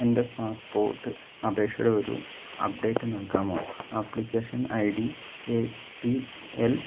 എന്റെ പാസ്പോർട്ട് അപേക്ഷയുടെ ഒരു അപ്ഡേറ്റ് നാൽകാമോ application I D A P L